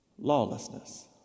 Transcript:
lawlessness